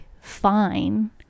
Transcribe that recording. fine